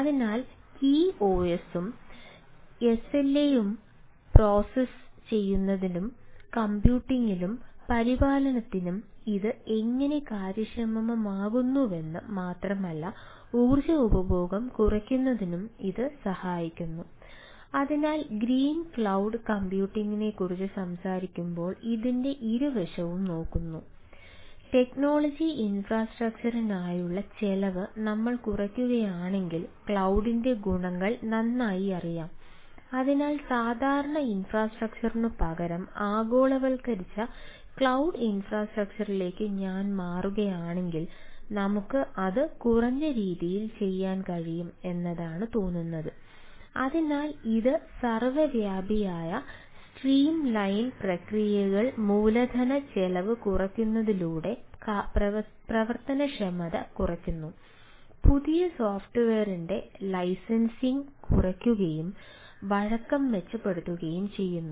അതിനാൽ കീ ഓഎസുംനെക്കുറിച്ച് സംസാരിക്കുമ്പോൾ ഇതിന്റെ ഇരുവശവും നോക്കുന്നു ടെക്നോളജി ഇൻഫ്രാസ്ട്രക്ചറി കുറയ്ക്കുകയും വഴക്കം മെച്ചപ്പെടുത്തുകയും ചെയ്യുന്നു